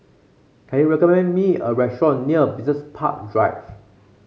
can you recommend me a restaurant near Business Park Drive